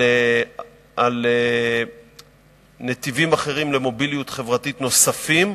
על נתיבים אחרים למוביליות חברתית, נוספים,